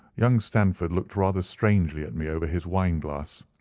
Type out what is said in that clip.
young stamford looked rather strangely at me over his wine-glass.